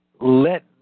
Let